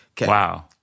Wow